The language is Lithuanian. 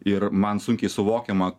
ir man sunkiai suvokiama